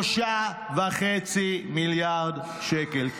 3.5 מיליארד שקל.